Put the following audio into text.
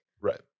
Right